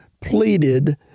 pleaded